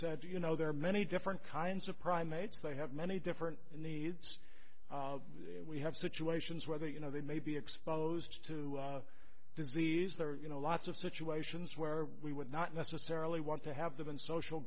said you know there are many different kinds of primates they have many different needs we have situations whether you know they may be exposed to disease there are you know lots of situations where we would not necessarily want to have them in social